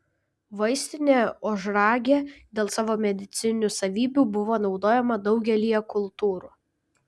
vaistinė ožragė dėl savo medicininių savybių buvo naudojama daugelyje kultūrų